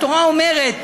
התורה אומרת,